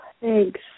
Thanks